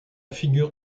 figure